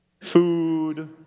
food